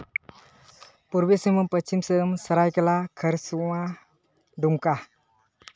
ᱯᱩᱨᱵᱚ ᱥᱤᱝᱵᱷᱩᱢ ᱯᱚᱪᱷᱤᱢ ᱥᱤᱝᱵᱷᱩᱢ ᱥᱚᱨᱟᱭᱠᱮᱞᱞᱟ ᱠᱷᱚᱨᱥᱚᱶᱟ ᱫᱩᱢᱠᱟ